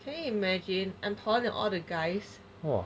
can you imagine I'm taller than all the guys